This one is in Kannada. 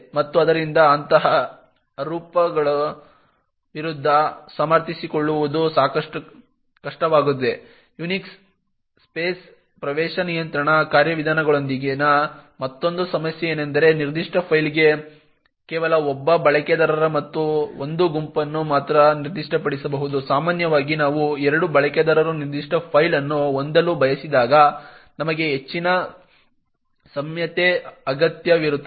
ಮತ್ತು ಆದ್ದರಿಂದ ಅಂತಹ ಆರೋಪಗಳ ವಿರುದ್ಧ ಸಮರ್ಥಿಸಿಕೊಳ್ಳುವುದು ಕಷ್ಟವಾಗುತ್ತದೆ Unix ಸ್ಪೇಸ್ ಪ್ರವೇಶ ನಿಯಂತ್ರಣ ಕಾರ್ಯವಿಧಾನಗಳೊಂದಿಗಿನ ಮತ್ತೊಂದು ಸಮಸ್ಯೆಯೆಂದರೆ ನಿರ್ದಿಷ್ಟ ಫೈಲ್ಗೆ ಕೇವಲ ಒಬ್ಬ ಬಳಕೆದಾರ ಮತ್ತು ಒಂದು ಗುಂಪನ್ನು ಮಾತ್ರ ನಿರ್ದಿಷ್ಟಪಡಿಸಬಹುದು ಸಾಮಾನ್ಯವಾಗಿ ನಾವು ಎರಡು ಬಳಕೆದಾರರು ನಿರ್ದಿಷ್ಟ ಫೈಲ್ ಅನ್ನು ಹೊಂದಲು ಬಯಸಿದಾಗ ನಮಗೆ ಹೆಚ್ಚಿನ ನಮ್ಯತೆ ಅಗತ್ಯವಿರುತ್ತದೆ